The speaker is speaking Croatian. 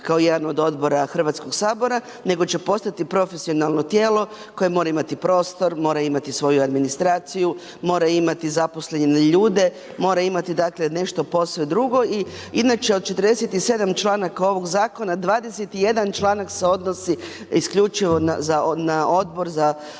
kao jedan od Odbora Hrvatskog sabora, nego će postati profesionalno tijelo koje mora imati prostor, mora imati svoju administraciju, mora imati zaposlene ljude, mora imati dakle nešto posve drugi i inače od 47 članaka ovog Zakona, 21 članak se odnosi isključivo na Odbor za